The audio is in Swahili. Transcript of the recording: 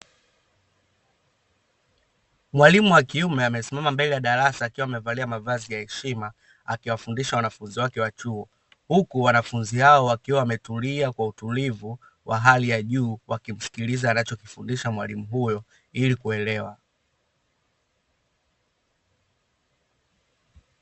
Mwalimu wa kiume amesimama mbele ya darasa akiwa amevalia mavazi ya heshima akiwafundisha wanafunzi wake wa chuo huku wanafunzi hao wakiwa wametulia kwa utulivu wa hali ya juu wakimsikiliza anachokifundisha mwalimu huyo ili kuelewa.